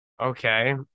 okay